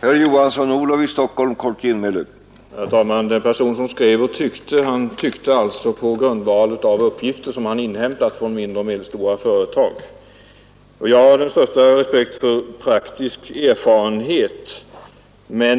Herr talman! Den person som skrev och tyckte, han tyckte alltså på grundval av uppgifter som han inhämtat från mindre och medelstora företag. Jag har också den största respekt för praktisk erfarenhet. När